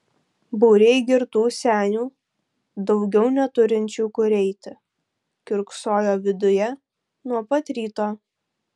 būriai girtų senių daugiau neturinčių kur eiti kiurksojo viduje nuo pat ryto